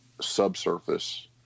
subsurface